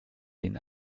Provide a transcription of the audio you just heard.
den